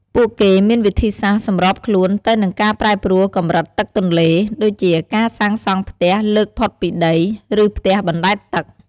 ពួកគេមានវិធីសាស្រ្តសម្របខ្លួនទៅនឹងការប្រែប្រួលកម្រិតទឹកទន្លេ ដូចជាការសាងសង់ផ្ទះលើកផុតពីដី ឬផ្ទះបណ្ដែតទឹក។